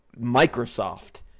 Microsoft